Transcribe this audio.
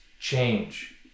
change